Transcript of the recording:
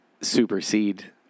supersede